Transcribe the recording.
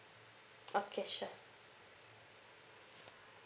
okay sure